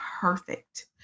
perfect